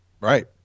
Right